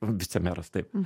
vicemeras taip